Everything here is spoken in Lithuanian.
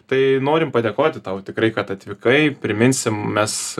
tai norim padėkoti tau tikrai kad atvykai priminsim mes